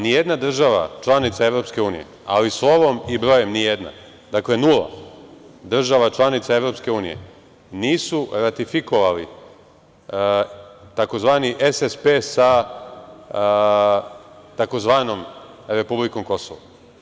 Ni jedna država članica EU, ali slovom i brojem ni jedna, dakle nula država članica EU nisu ratifikovali tzv. SSP sa tzv. republikom Kosovo.